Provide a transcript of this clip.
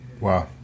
Wow